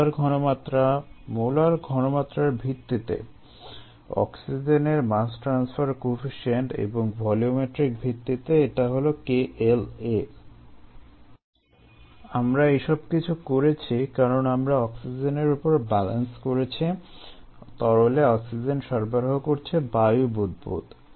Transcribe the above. molar ঘনমাত্রা molar ঘনমাত্রার ভিত্তিতে অক্সিজেনের মাস ট্রান্সফার কোয়েফিসিয়েন্ট এবং ভলিওমেট্রিক ভিত্তিতে এটা হলো KLa আমরা এসব কিছু করেছি কারণ আমরা অক্সিজেনের উপর ব্যালান্স করছি তরলে অক্সিজেন সরবরাহ করছে বায়ু বুদবুদ